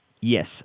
yes